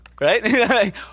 Right